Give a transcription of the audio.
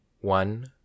one